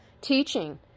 teaching